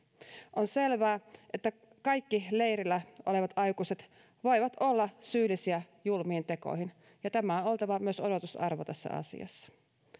on selvää että kaikki leirillä olevat aikuiset voivat olla syyllisiä julmiin tekoihin ja tämän on oltava myös odotusarvo tässä asiassa